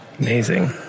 amazing